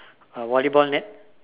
a volleyball net